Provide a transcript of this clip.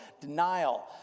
denial